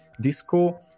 Disco